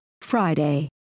Friday